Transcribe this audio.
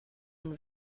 and